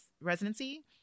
residency